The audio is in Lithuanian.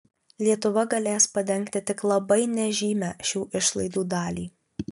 lietuva galės padengti tik labai nežymią šių išlaidų dalį